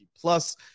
Plus